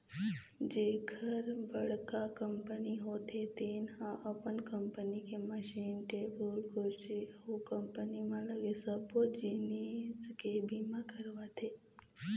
जेखर बड़का कंपनी होथे तेन ह अपन कंपनी के मसीन, टेबुल कुरसी अउ कंपनी म लगे सबो जिनिस के बीमा करवाथे